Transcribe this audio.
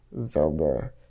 zelda